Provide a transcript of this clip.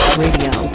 radio